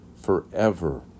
forever